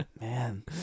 Man